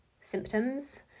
symptoms